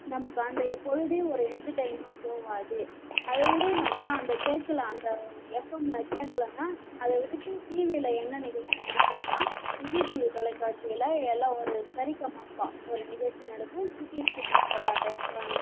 நமக்கு அன்றைய பொழுதே ஒரு என்டர்டைம்மாக போகாது அதை விட நம்ம அந்த கேட்கலை அந்த எஃப்எமில் கேட்கலைன்னா அதை விட்டுவிட்டு டிவியில் என்ன நிகழ்ச்சி பிடிக்குன்னா விஜய் டிவி தொலைக்காட்சியில் எல்லாம் ஒரு சரிகமபா ஒரு நிகழ்ச்சி நடக்கும் சுட்டீஸ் குட்டீஸ் விளாடுற